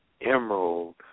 Emerald